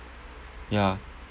ya